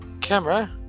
camera